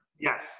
Yes